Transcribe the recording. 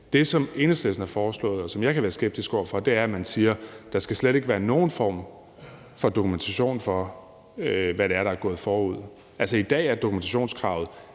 det, som Enhedslisten har foreslået, og som jeg kan være skeptisk over for, er, at man siger, at der slet ikke skal være nogen form for dokumentation for, hvad det er, der er gået forud. Altså, i dag er dokumentationskravet,